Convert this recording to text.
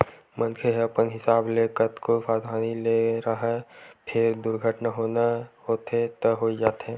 मनखे ह अपन हिसाब ले कतको सवधानी ले राहय फेर दुरघटना होना होथे त होइ जाथे